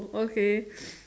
okay